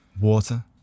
water